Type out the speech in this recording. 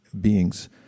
beings